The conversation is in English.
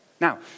Now